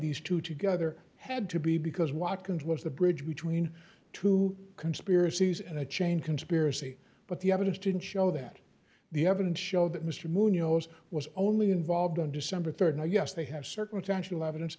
these two together had to be because watkins was the bridge between two conspiracies and a chain conspiracy but the evidence didn't show that the evidence showed that mr munoz was only involved on december rd and yes they have circumstantial evidence